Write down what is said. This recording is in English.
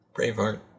Braveheart